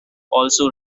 also